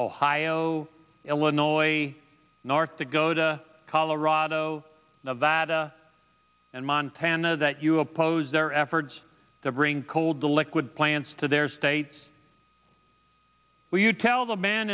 ohio illinois north to go to colorado nevada and montana that you oppose their efforts to bring cold the liquid plants to their states will you tell the men